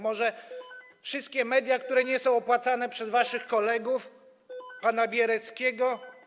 Może wszystkie media, które nie są opłacane przez waszych kolegów, pana Biereckiego?